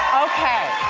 okay.